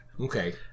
Okay